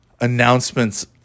announcements